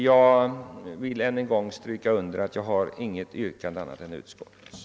Jag vill än en gång understryka att jag inte har något yrkande annat än utskottets.